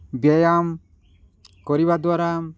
ବ୍ୟାୟାମ କରିବା ଦ୍ୱାରା